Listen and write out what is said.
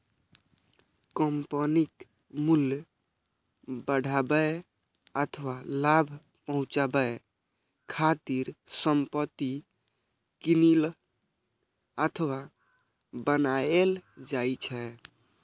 कंपनीक मूल्य बढ़ाबै अथवा लाभ पहुंचाबै खातिर संपत्ति कीनल अथवा बनाएल जाइ छै